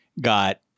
got